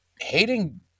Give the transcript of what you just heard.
hating